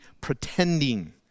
pretending